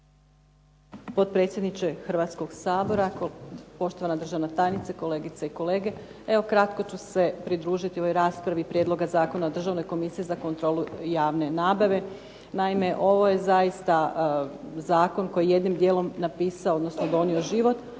potpredsjedniče Hrvatskoga sabora, poštovana državna tajnice, kolegice i kolege. Evo kratko ću se pridružiti ovoj raspravi Prijedloga zakona o Državnoj komisiji za kontrolu javne nabave. Ovo je zaista Zakon koji je jednim dijelom donio život,